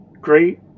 great